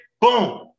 Boom